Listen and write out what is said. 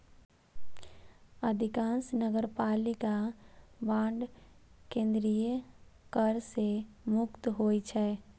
अधिकांश नगरपालिका बांड केंद्रीय कर सं मुक्त होइ छै